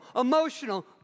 emotional